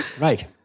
Right